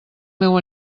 meu